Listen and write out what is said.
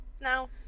now